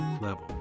level